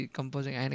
composing